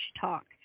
talk